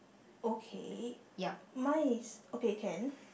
okay mine is okay can